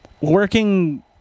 working